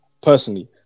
personally